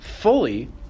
fully